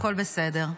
הכול בסדר.